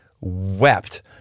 wept